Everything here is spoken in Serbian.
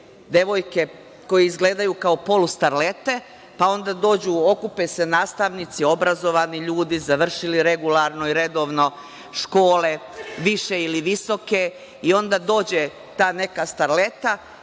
devojke, koje izgledaju kao polu starlete, pa onda dođu, okupe se nastavnici, obrazovani ljudi, završili regularno škole, više ili visoke i onda dođe, ta neka starleta